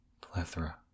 Plethora